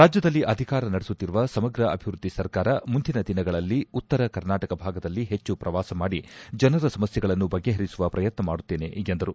ರಾಜ್ಯದಲ್ಲಿ ಅಧಿಕಾರ ನಡೆಸುತ್ತಿರುವುದು ಸಮಗ್ರ ಅಭಿವೃದ್ಧಿ ಸರ್ಕಾರ ಮುಂದಿನ ದಿನಗಳಲ್ಲಿ ಉತ್ತರ ಕರ್ನಾಟಕ ಭಾಗದಲ್ಲಿ ಹೆಚ್ಚು ಪ್ರವಾಸ ಮಾಡಿ ಜನರ ಸಮಸ್ಯೆಗಳನ್ನು ಬಗೆಹರಿಸುವ ಪ್ರಯತ್ನ ಮಾಡುತ್ತೇನೆ ಎಂದರು